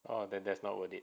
uh that's not worth it